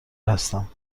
هستم